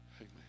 Amen